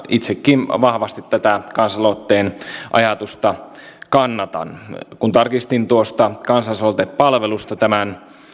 itsekin vahvasti tätä kansalais aloitteen ajatusta kannatan kun tarkistin kansalaisaloitepalvelusta tämän